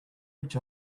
each